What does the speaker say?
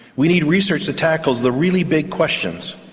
we need research that tackles the really big questions.